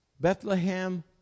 Bethlehem